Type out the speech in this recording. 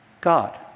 god